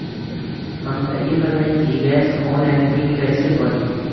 हमका ई बताई कि गैस के ऑनलाइन बिल कइसे भरी?